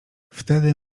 wtedy